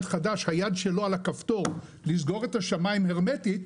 חדש היד שלו על הכפתור לסגור את השמיים הרמטית,